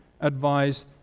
advise